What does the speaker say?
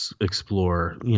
explore